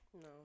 no